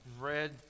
red